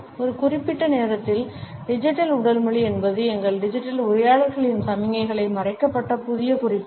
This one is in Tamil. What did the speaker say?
ஒரு குறிப்பிட்ட நேரத்தில் டிஜிட்டல் உடல் மொழி என்பது எங்கள் டிஜிட்டல் உரையாடல்களில் சமிக்ஞைகளில் மறைக்கப்பட்ட புதிய குறிப்புகள்